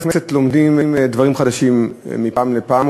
לומדים דברים חדשים מפעם לפעם,